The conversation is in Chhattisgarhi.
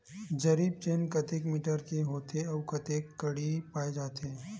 जरीब चेन कतेक मीटर के होथे व कतेक कडी पाए जाथे?